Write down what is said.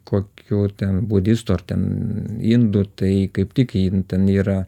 kokių ten budistų ar ten indų tai kaip tik ten yra